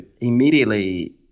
immediately